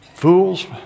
Fools